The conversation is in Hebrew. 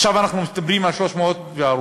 עכשיו אנחנו מדברים על 300 והרוג.